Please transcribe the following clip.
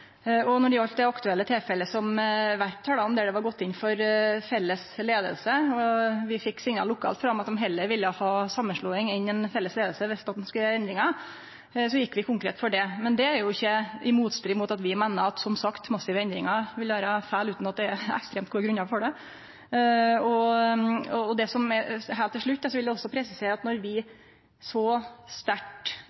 dei. Når det gjeld det aktuelle tilfellet som Werp tek opp, der ein hadde gått inn for felles leiing, fekk vi signal lokalt om at dei heller ville ha samanslåing enn ei felles leiing dersom ein skulle gjere endringar, og så gjekk vi konkret for det. Men det står jo ikkje i motstrid til at vi meiner – som sagt – at massive endringar vil vere feil utan at det er ekstremt gode grunnar for det. Heilt til slutt vil eg også presisere at når vi